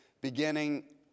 beginning